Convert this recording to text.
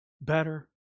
better